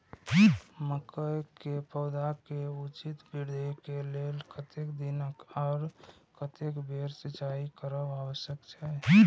मके के पौधा के उचित वृद्धि के लेल कतेक दिन आर कतेक बेर सिंचाई करब आवश्यक छे?